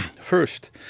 First